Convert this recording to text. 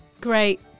Great